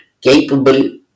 capable